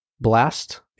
blast